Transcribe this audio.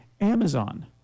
Amazon